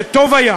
שטוב היה